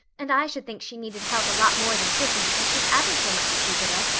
and i should think she needed help a lot more than prissy because she's ever so much stupider,